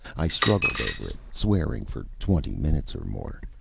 i struggled over it, swearing, for twenty minutes or more.